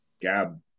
Gab